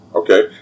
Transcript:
okay